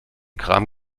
kram